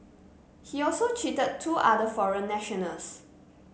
he also cheated two other foreign nationals